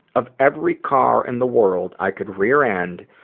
of every car in the world i could rear end,